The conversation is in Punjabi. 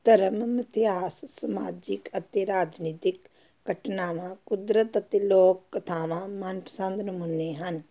ਧਰਮ ਮਿਥਿਹਾਸ ਸਮਾਜਿਕ ਅਤੇ ਰਾਜਨੀਤਿਕ ਘਟਨਾਵਾਂ ਕੁਦਰਤ ਅਤੇ ਲੋਕ ਕਥਾਵਾਂ ਮਨਪਸੰਦ ਨਮੂੂਨੇ ਹਨ